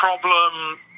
problem